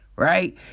right